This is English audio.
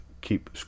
keep